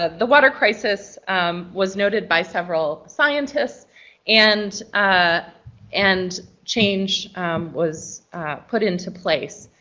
ah the water crisis um was noted by several scientists and ah and change was put into place.